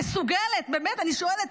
באמת אני שואלת,